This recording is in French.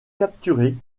capturé